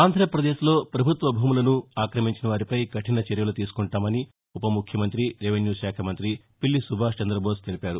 ఆంధ్రప్రదేశ్లో ప్రభుత్వ భూములను ఆక్రమించినవారిపై కఠిన చర్యలు తీసుకుంటామని ఉ పముఖ్యమంత్రి రెవెన్యూ శాఖ మంతి పిల్లి సుభాష్ చంద్రబోస్ తెలిపారు